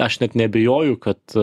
aš net neabejoju kad